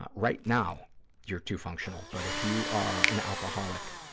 ah right now you're too functional, but if you are an alcoholic,